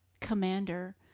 commander